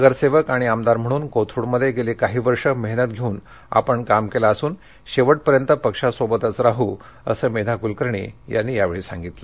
नगरसेवक आणि आमदार म्हणून कोथरूडमध्ये गेले काही वर्ष मेहनत घेऊन काम केलं असून शेवटपर्यंत पक्षासोबतच राहीन असं मेधा कुलकर्णी यांनी यावेळी सांगितलं